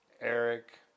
eric